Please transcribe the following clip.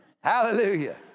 Hallelujah